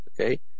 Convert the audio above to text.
Okay